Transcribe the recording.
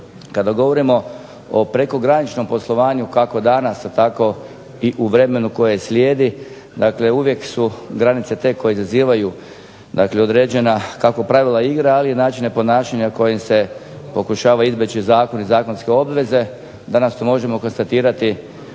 Kada govorimo o prekograničnom poslovanju kako danas, a tako i u vremenu koje slijedi, dakle uvijek su granice te koje izazivaju određena kako pravila igre, ali i načine ponašanja kojim se pokušava izbjeći zakon i zakonske obveze. Danas to možemo konstatirati